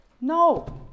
No